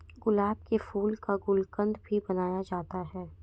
गुलाब के फूल का गुलकंद भी बनाया जाता है